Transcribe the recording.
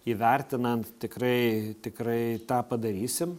įvertinant tikrai tikrai tą padarysim